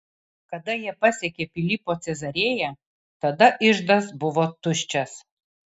kada jie pasiekė pilypo cezarėją tada iždas buvo tuščias